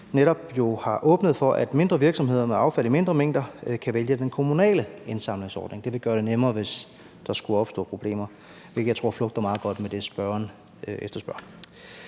netop har åbnet for, at mindre virksomheder med affald i mindre mængder kan vælge den kommunale indsamlingsordning. Det vil gøre det nemmere, hvis der skulle opstå problemer, hvilket jeg tror flugter meget godt med det, spørgeren efterspørger.